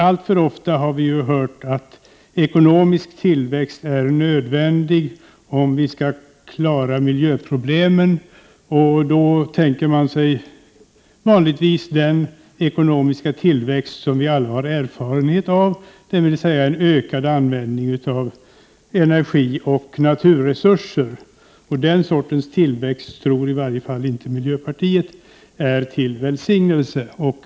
Alltför ofta har vi ju hört att ekonomisk tillväxt är nödvändig, om vi skall kunna klara miljöproblemen. Då tänker man sig vanligtvis den ekonomiska tillväxt som vi alla har erfarenhet av, dvs. en ökad användning av energioch naturresurser. Den sortens tillväxt tror i varje fall inte miljöpartiet är till välsignelse.